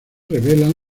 revelan